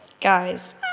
guys